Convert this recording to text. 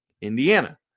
Indiana